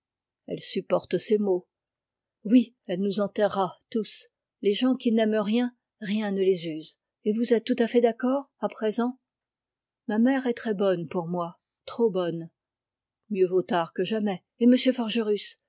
elle supporte ses maux oui elle nous enterrera tous les gens qui n'aiment rien rien ne les use et vous êtes tout à fait d'accord à présent ma mère est très bonne pour moi trop bonne mieux vaut tard que jamais et